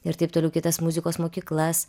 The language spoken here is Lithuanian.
ir taip toliau kitas muzikos mokyklas